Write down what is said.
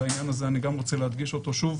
ואת העניין הזה אני גם רוצה להדגיש שוב,